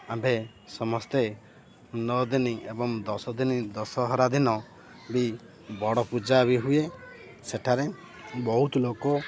ଆମ୍ଭେ ସମସ୍ତେ ନଅ ଦିନ ଏବଂ ଦଶ ଦିନ ଦଶହରା ଦିନ ବି ବଡ଼ ପୂଜା ବି ହୁଏ ସେଠାରେ ବହୁତ ଲୋକ